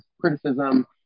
criticism